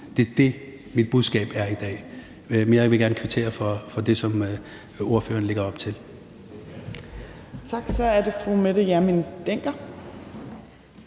Det er det, mit budskab er i dag. Men jeg vil gerne kvittere for det, som ordføreren lægger op til.